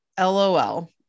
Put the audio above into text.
lol